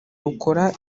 rukora